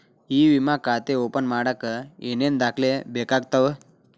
E ವಿಮಾ ಖಾತೆ open ಮಾಡಕ ಏನೇನ್ ದಾಖಲೆ ಬೇಕಾಗತವ